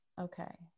okay